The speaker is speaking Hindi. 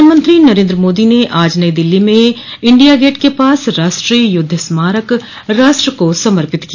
प्रधानमंत्री नरेन्द्र मोदी ने आज नई दिल्ली में इंडिया गेट के पास राष्ट्रीय युद्ध स्मारक राष्ट्र को समर्पित किया